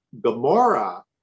Gomorrah